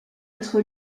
être